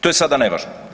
To je sada nevažno.